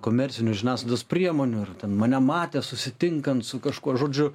komercinių žiniasklaidos priemonių ir ten mane matė susitinkant su kažkuo žodžiu